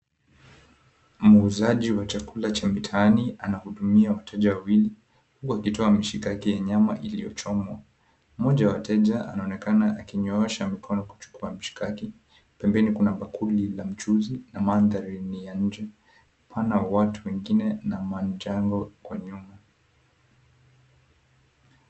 Muuzaji wa chakula cha mitaani anahudumia wateja wawili huku akitoa mshikaki ya nyama iliyochomwa. Mmoja wa wateja anaonekana akinyosha mkono kuchukua mshikaki. Pembeni kuna bakuli la mchuzi na mandhari ni ya nje. Pana watu wengine na manjano kwa nyuma.